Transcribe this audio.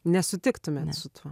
nesutiktumėt su tuo